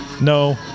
No